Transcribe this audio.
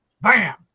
Bam